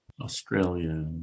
Australia